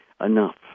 enough